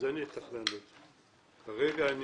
כרגע אנחנו